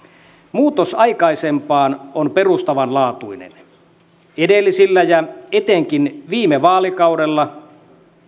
muutos aikaisempaan on perustavanlaatuinen edellisillä vaalikausilla ja etenkin viime vaalikaudella